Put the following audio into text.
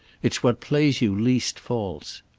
it's what plays you least false.